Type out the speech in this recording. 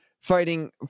fighting